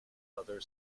other